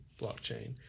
blockchain